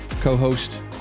co-host